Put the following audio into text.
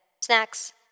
Snacks